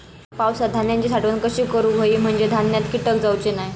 पावसात धान्यांची साठवण कशी करूक होई म्हंजे धान्यात कीटक जाउचे नाय?